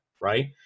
right